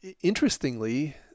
interestingly